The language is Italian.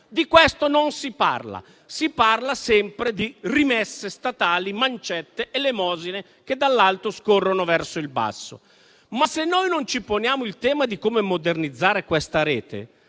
Di questo non si parla, ma si parla sempre di rimesse statali, mancette ed elemosine che dall'alto scorrono verso il basso. Ma, se noi non ci poniamo il tema di come modernizzare questa rete,